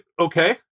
okay